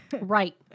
Right